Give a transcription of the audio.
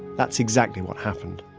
that's exactly what happened.